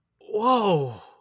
Whoa